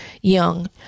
young